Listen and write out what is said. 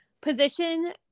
position